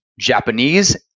Japanese